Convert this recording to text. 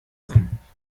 sein